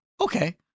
okay